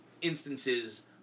instances